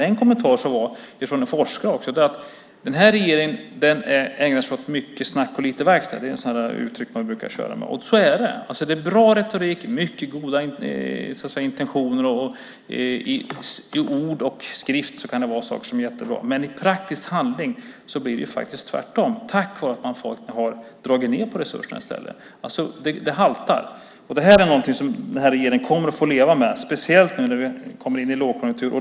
En kommentar från en forskare var att den här regeringen ägnar sig åt mycket snack och lite verkstad. Det är sådana där uttryck som man brukar köra med. Och så är det. Det är bra retorik. Det är mycket goda intentioner. I ord och skrift kan det vara saker som är jättebra, men i praktisk handling blir det faktiskt tvärtom på grund av att man i stället har dragit ned på resurserna. Det haltar. Det här är någonting som den här regeringen kommer att få leva med, speciellt nu när vi kommer in i en lågkonjunktur.